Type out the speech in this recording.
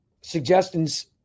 suggestions